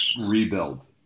rebuild